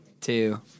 two